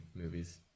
Movies